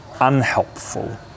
unhelpful